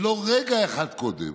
ולא רגע אחד קודם.